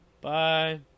Bye